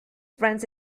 friends